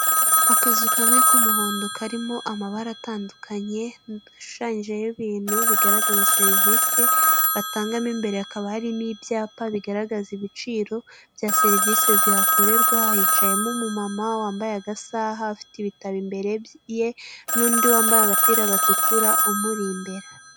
Akazu kamwe k'umuhondo karimo amabara atandukanye gashushanyijeho ibintu bigaragaza serivise batangamo, imbere hakaba harimo ibyapa bigaragaza ibiciro bya serivise zihakorerwa. Hicayemo umumama wambaye agasaha ufite ibitabo imbere ye n'undi wambaye agapira gatukura umuri inyuma.